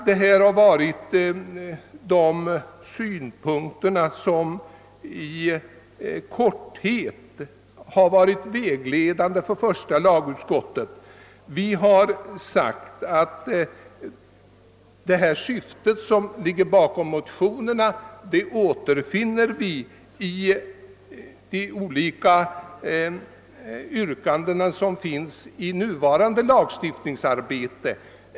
Detta har i korthet varit de för första lagutskottet vägledande synpunkterna. Vi menar att syftet bakom motionerna återfinns i olika yrkanden som ligger till grund för pågående lagstiftningsarbete.